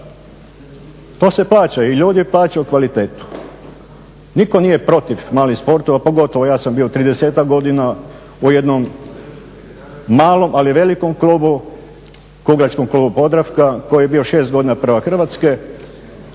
To se plaća i ljudi plaćaju kvalitetu. Nitko nije protiv malih sportova. Pogotovo ja sam bio tridesetak godina u jednom malom, ali velikom klubu, kuglačkom klubu Podravka koji je bio šest godina prvak Hrvatske,